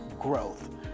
growth